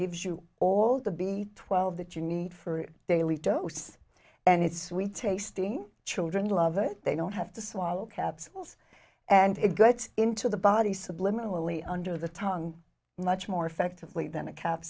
gives you all the b twelve that you need for daily dose and it's sweet tasting children love it they don't have to swallow capsules and it gets into the body subliminally under the tongue much more effectively than a cap